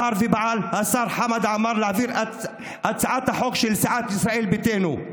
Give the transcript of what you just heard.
בחר ופעל השר חמד עמר להעביר את הצעת החוק של סיעת ישראל ביתנו.